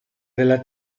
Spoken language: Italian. della